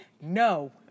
No